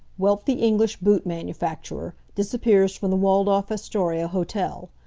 wealthy english boot manufacturer, disappears from the waldorf astoria hotel.